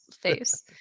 face